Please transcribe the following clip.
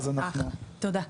תודה.